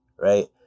right